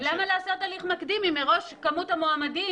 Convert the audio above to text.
למה לעשות הליך מקדים אם מראש כמות המועמדים